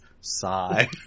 sigh